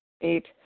Eight